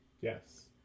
Yes